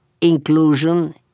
inclusion